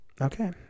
Okay